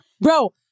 bro